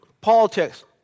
Politics